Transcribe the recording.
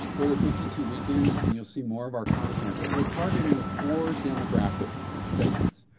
go to fifty two weekends, and you'll see more of our content. but we're targeting four demographic segments.